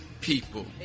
people